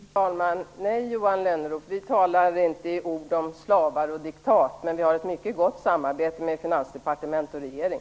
Fru talman! Nej, Johan Lönnroth, vi talar inte i termer av slavar och diktat, men vi har ett mycket gott samarbete med finansdepartement och regering.